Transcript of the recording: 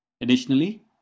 Additionally